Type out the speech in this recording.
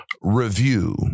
review